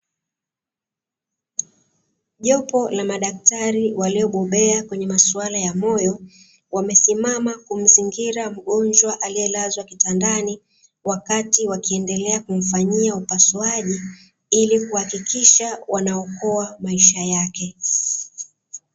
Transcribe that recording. Jopo la madaktari waliobobea kwenye maswala ya moyo, wamesimama kumzingira mgonjwa aliyelazwa kitandani, wakati wakiendelea kumfanyia upasuaji, ili kuhakikisha wanaokoa maisha yake.